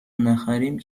نخریم